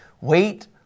wait